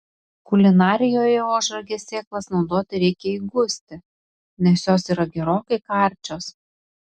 kulinarijoje ožragės sėklas naudoti reikia įgusti nes jos yra gerokai karčios